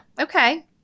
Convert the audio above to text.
Okay